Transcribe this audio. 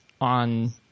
on